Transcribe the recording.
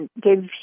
give